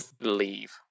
leave